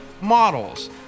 models